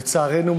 לצערנו,